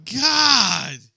God